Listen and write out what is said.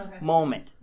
moment